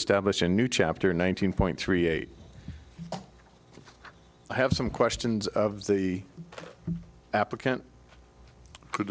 establish a new chapter one thousand point three eight i have some questions of the applicant you